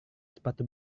sepatu